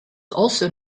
also